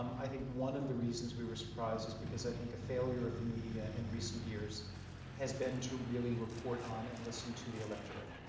um i think one of the reasons we were surprised is because i think a failure of the media in recent years has been to really report on and listen to the electorate.